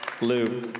Lou